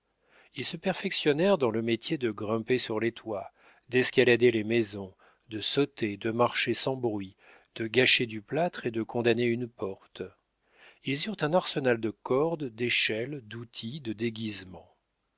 ils se perfectionnèrent dans le métier de grimper sur les toits d'escalader les maisons de sauter de marcher sans bruit de gâcher du plâtre et de condamner une porte ils eurent un arsenal de cordes d'échelles d'outils de déguisements